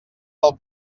del